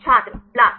छात्र BLAST